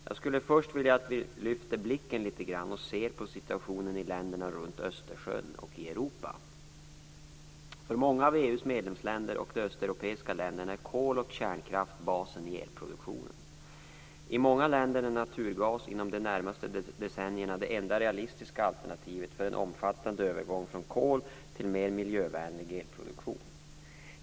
Jag skulle först vilja att vi lyfter blicken litet grand och ser på situationen i länderna runt Östersjön och i För många av EU:s medlemsländer och de östeuropeiska länderna är kol och kärnkraft basen i elproduktionen. I många länder är naturgas inom de närmaste decennierna det enda realistiska alternativet för en omfattande övergång från kol till mer miljövänlig elproduktion.